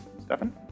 Stefan